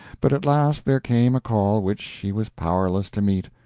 but at last there came a call which she was powerless to meet,